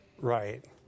Right